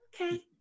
Okay